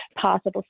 possible